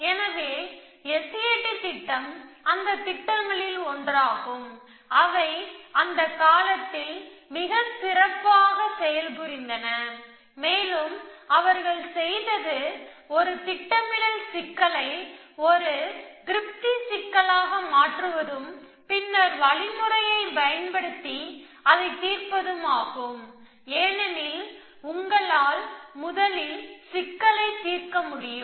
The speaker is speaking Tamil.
எனவே SAT திட்டம் அந்தத் திட்டங்களில் ஒன்றாகும் அவை அந்தக் காலத்தில் மிகச் சிறப்பாகச் செயல் புரிந்தன மேலும் அவர்கள் செய்தது ஒரு திட்டமிடல் சிக்கலை ஒரு திருப்தி சிக்கலாக மாற்றுவதும் பின்னர் வழிமுறையை பயன்படுத்தி அதைத் தீர்ப்பதும் ஆகும் ஏனெனில் உங்களால் முதலில் சிக்கலை தீர்க்க முடியும்